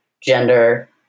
gender